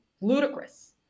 ludicrous